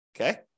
Okay